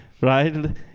right